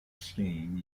scheme